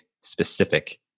specific